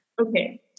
Okay